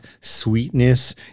sweetness